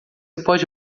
pode